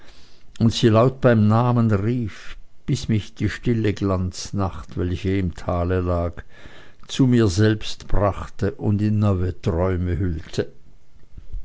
und sie laut beim namen rief bis mich die stille glanznacht welche im tale lag zu mir selbst brachte und in neue träume hüllte